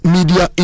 Media